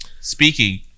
speaking